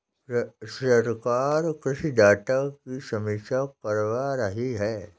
सरकार कृषि डाटा की समीक्षा करवा रही है